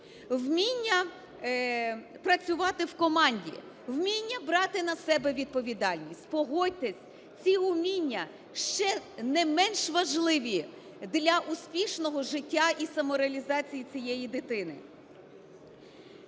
вміння працювати в команді, вміння брати на себе відповідальність. Погодьтесь, що ці вміння ще не менш важливі для успішного життя і самореалізації цієї дитини.